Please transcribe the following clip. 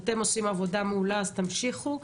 אתם עושים עבודה מעולה אז תמשיכו,